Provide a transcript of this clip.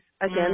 again